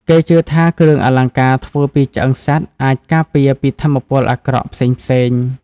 គេជឿថាគ្រឿងអលង្ការធ្វើពីឆ្អឹងសត្វអាចការពារពីថាមពលអាក្រក់ផ្សេងៗ។